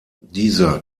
dieser